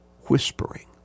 whispering